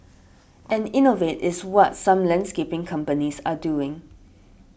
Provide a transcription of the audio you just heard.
and innovate is what some landscaping companies are doing